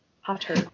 Hotter